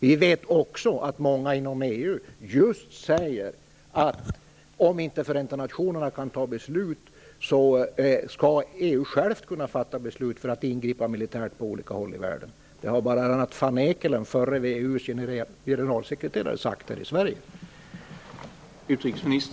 Vi vet också att många inom EU just säger att om inte Förenta nationerna kan fatta beslut, så skall EU själv kunna fatta beslut för att kunna ingripa militärt på olika håll i världen. Det har bl.a. van Eekelen, VEU:s förre generalsekreterare, sagt här i Sverige.